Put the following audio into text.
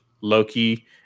Loki